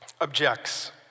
objects